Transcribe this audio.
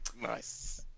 nice